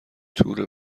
تور